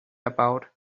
about